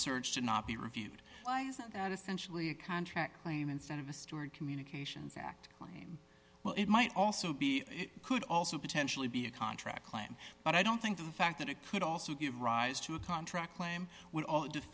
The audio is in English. searched and not be reviewed isn't that essentially a contract claim instead of a steward communication fact my well it might also be it could also potentially be a contract claim but i don't think the fact that it could also give rise to a contract claim would all